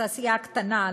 התעשייה הקטנה,